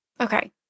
Okay